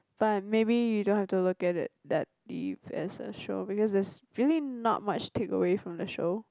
but maybe you don't have to look at it that deep as a show because it's really not much takeaway from the show